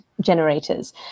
generators